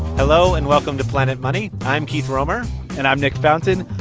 hello and welcome to planet money. i'm keith romer and i'm nick fountain.